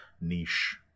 niche